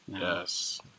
Yes